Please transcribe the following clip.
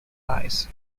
eyes